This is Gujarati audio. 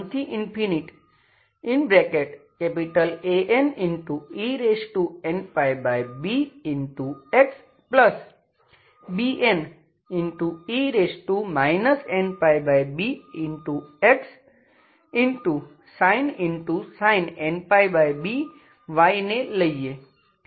sin nπby ને લઈએ